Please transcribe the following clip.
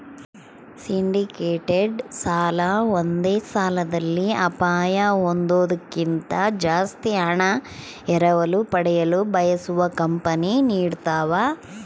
syndicated ಸಾಲ ಒಂದೇ ಸಾಲದಲ್ಲಿ ಅಪಾಯ ಹೊಂದೋದ್ಕಿಂತ ಜಾಸ್ತಿ ಹಣ ಎರವಲು ಪಡೆಯಲು ಬಯಸುವ ಕಂಪನಿ ನೀಡತವ